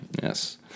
Yes